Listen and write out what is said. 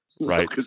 Right